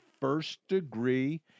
first-degree